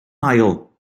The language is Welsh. ail